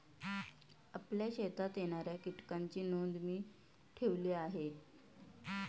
आपल्या शेतात येणाऱ्या कीटकांची नोंद मी ठेवली आहे